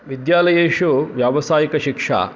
विद्यालयेषु व्यावसायिकशिक्षा